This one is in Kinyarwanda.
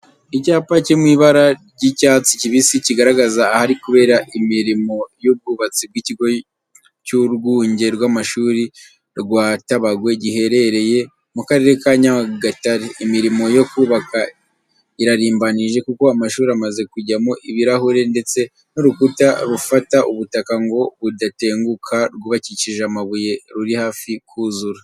Icyapa ki mu ibara ry'icyatsi kibisi kigaragaza ahari kubera imirimo y'ubwubatsi bw'ikigo cy'urwunge rw'amashuri rwa Tabagwe giherereye mu karere ka Nyagatare. Imirimo yo kubaka irarimbanije kuko amashuri amaze kujyamo ibirahure ndetse n'urukuta rufata ubutaka ngo budatenguka rwubakishije amabuye ruri hafi kuzura.